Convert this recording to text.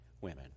women